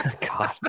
God